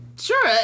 sure